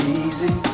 easy